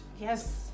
Yes